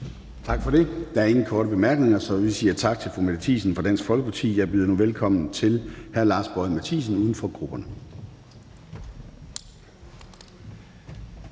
Tak for det. Der er ingen korte bemærkninger, så vi siger tak til fru Mette Thiesen fra Dansk Folkeparti. Jeg byder nu velkommen til hr. Lars Boje Mathiesen, uden for grupperne.